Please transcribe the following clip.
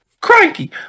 cranky